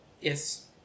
yes